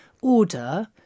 order